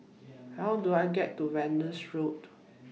How Do I get to Venus Road